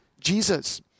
Jesus